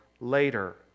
later